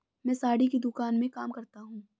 मैं साड़ी की दुकान में काम करता हूं